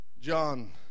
John